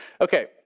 Okay